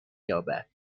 یابد